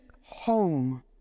home